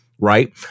right